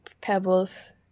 pebbles